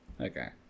okay